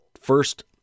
first